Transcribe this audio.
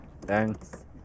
Thanks